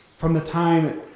from the time